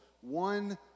one